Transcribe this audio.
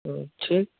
तो ठीक